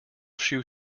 shoe